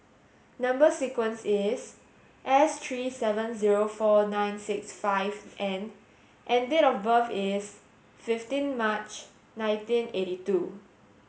number sequence is S three seven zero four nine six five N and date of birth is fifteen March nineteen eight two